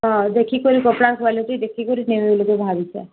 ଅ ଦେଖି କରି କପଡ଼ା କ୍ୱାଲିଟି ଦେଖି କରି ନେବି ବୋଲି ଭାବୁଛି